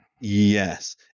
Yes